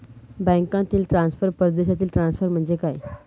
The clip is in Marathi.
बँकांतील ट्रान्सफर, परदेशातील ट्रान्सफर म्हणजे काय?